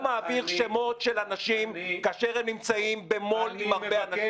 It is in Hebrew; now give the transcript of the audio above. מעביר שמות של אנשים כאשר הם נמצאים במול עם הרבה אנשים.